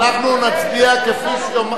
אנחנו נצביע כפי שיאמר,